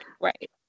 right